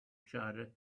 charger